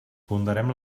ponderem